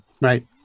Right